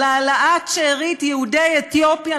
על העלאת שארית יהודי אתיופיה,